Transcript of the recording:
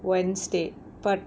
wednesday but